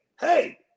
hey